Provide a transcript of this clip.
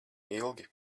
ilgi